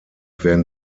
werden